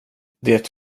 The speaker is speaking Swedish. det